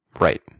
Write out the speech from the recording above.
Right